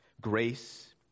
grace